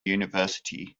university